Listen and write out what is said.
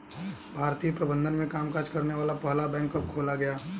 भारतीय प्रबंधन से कामकाज करने वाला पहला बैंक कब खोला गया?